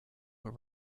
were